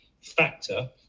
factor